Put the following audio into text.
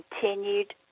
continued